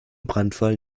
brandfall